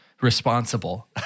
responsible